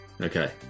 Okay